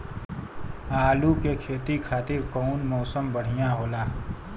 आलू के खेती खातिर कउन मौसम बढ़ियां होला?